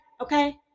okay